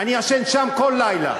אני ישן שם כל לילה.